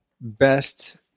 best